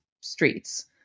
streets